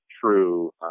true